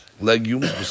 legumes